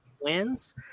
wins